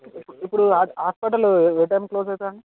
ఇప్పు ఇప్పుడు హా హాస్పిటల్ ఏ టైంకి క్లోజ్ అవుతుంది అండి